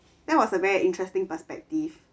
that was a very interesting perspective